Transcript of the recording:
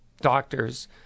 doctors